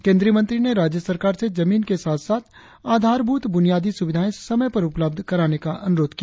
केंद्रीय मंत्री ने राज्य सरकार से जमीन के साथ साथ आधारभूत बुनियादी सुविधाएं समय से उपलब्ध कराने का अनुरोध किया